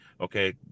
Okay